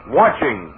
watching